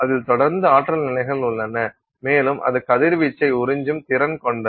அதில் தொடர்ந்து ஆற்றல் நிலைகள் உள்ளன மேலும் அது கதிர்வீச்சை உறிஞ்சும் திறன் கொண்டது